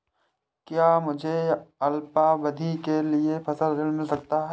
क्या मुझे अल्पावधि के लिए फसल ऋण मिल सकता है?